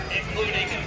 including